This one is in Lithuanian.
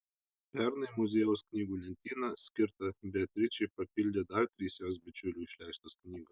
pernai muziejaus knygų lentyną skirtą beatričei papildė dar trys jos bičiulių išleistos knygos